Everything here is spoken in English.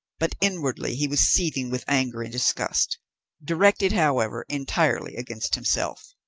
but inwardly he was seething with anger and disgust directed, however, entirely against himself.